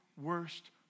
worst